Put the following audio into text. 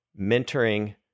mentoring